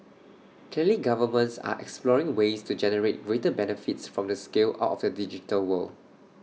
clearly governments are exploring ways to generate greater benefits from the scale out of the digital world